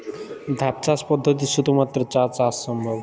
ধাপ চাষ পদ্ধতিতে শুধুমাত্র চা চাষ সম্ভব?